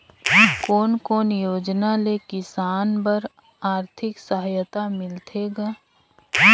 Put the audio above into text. कोन कोन योजना ले किसान बर आरथिक सहायता मिलथे ग?